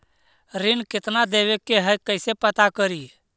ऋण कितना देवे के है कैसे पता करी?